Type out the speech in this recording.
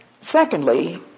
Secondly